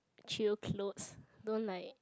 chill clothes don't like